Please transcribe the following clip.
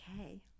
Okay